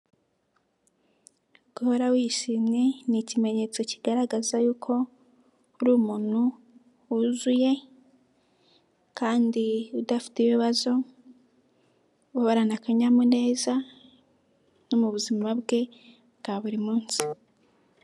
guhora wishimye ni ikimenyetso kigaragaza yuko uri umuntu wuzuye kandi udafite ibibazo uhorana akanyamuneza no mu buzima bwe bwa buri munsi